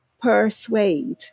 persuade